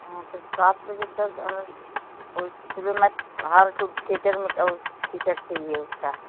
हाँ तो सात बजे तक उस सिनेमाट हॉल ठु थिएटर में का उस टिकट चाहिए उसका